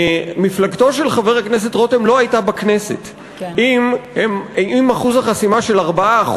מפלגתו של חבר הכנסת רותם לא הייתה בכנסת אם אחוז החסימה של 4%